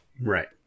Right